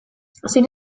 zein